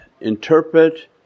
interpret